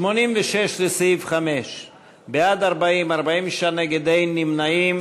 86, לסעיף 5: בעד, 40, 46 נגד, אין נמנעים.